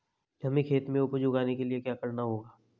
हमें खेत में उपज उगाने के लिये क्या करना होगा?